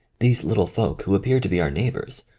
these little folk who appear to be our neighbours,